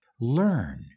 Learn